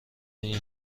این